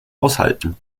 aushalten